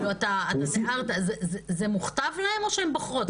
זה מוכתב להן או שהן בוחרות?